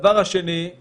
הדבר השני הוא